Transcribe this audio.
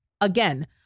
again